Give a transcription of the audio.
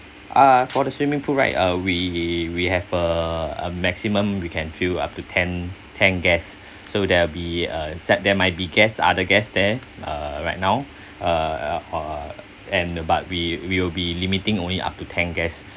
ah for the swimming pool right uh we we have a a maximum you can fill up to ten ten guests so there will be uh set there might be guests other guest there uh right now uh uh uh and but we we will be limiting only up to ten guests